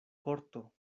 korto